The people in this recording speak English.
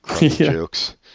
jokes